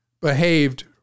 behaved